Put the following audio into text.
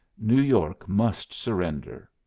new york must surrender!